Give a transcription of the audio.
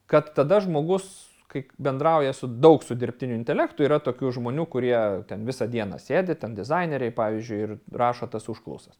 kad tada žmogus kai bendrauja su daug su dirbtiniu intelektu yra tokių žmonių kurie ten visą dieną sėdi ten dizaineriai pavyzdžiui ir rašo tas užklausas